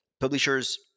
publishers